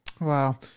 Wow